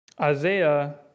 Isaiah